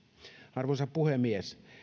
arvoisa puhemies